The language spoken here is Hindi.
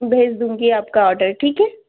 भेज दूँगी आपका ऑर्डर ठीक है